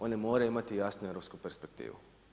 One moraju imati jasnu europsku perspektivu.